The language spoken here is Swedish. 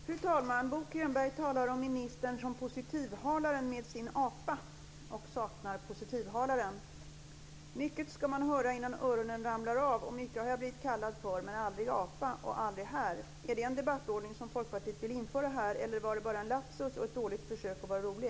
Fru talman! Bo Könberg talar om ministern som en positivhalare med sin apa och saknar positivhalaren. Mycket ska man höra innan öronen ramlar av, och mycket har jag blivit kallad för, men aldrig apa och aldrig här. Är det en debattordning som Folkpartiet vill införa här, eller var det bara en lapsus och ett dåligt försök att vara rolig?